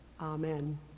Amen